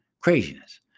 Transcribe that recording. Craziness